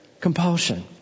compulsion